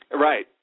Right